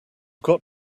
got